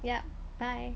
yup bye